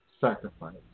sacrifice